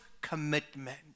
commitment